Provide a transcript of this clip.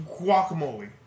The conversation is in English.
guacamole